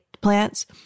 plants